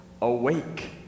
awake